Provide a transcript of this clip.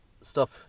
stop